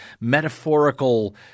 metaphorical